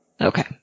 Okay